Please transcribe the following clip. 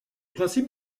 principes